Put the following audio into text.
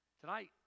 tonight